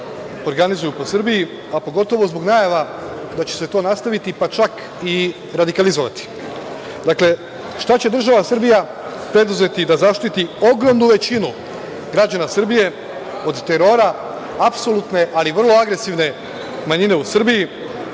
organizuju po Srbiji, a pogotovo zbog najava da će se to nastaviti, pa čak i radikalizovati. Dakle, šta će država Srbija preduzeti da zaštiti ogromnu većinu građana Srbije od terora apsolutne, ali vrlo agresivne manjine u Srbiji,